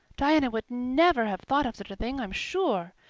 diana would never have thought of such a thing, i am sure.